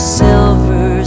silver